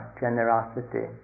generosity